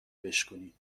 بشکونی